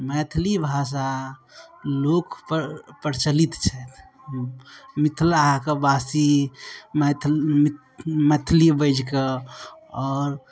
मैथिली भाषा लोकपर प्रचलित छथि मिथिलाके वासी मैथिली मैथिली बाजि कऽ आओर